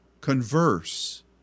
converse